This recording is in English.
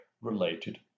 related